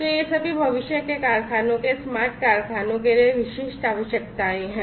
तो ये सभी भविष्य के कारखानों के स्मार्ट कारखानों के लिए विशिष्ट आवश्यकताएं हैं